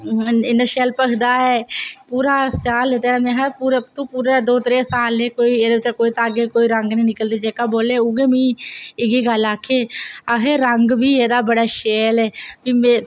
इन्ना शैल भखदा ऐ पूरा स्याल लैत्ते दा हा पूरे दों त्रै साल एह्दे चा नेईं कोल रंग निकलता जेह्का बोले इयै गल्ल आक्खैअहें रंग बी एह्दा बड़ा शैल ऐ